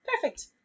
perfect